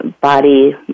body